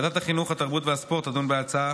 ועדת החינוך, התרבות והספורט תדון בהצעה